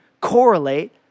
correlate